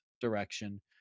direction